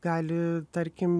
gali tarkim